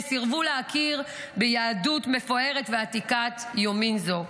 שסירבו להכיר ביהדות מפוארת ועתיקת יומין זו,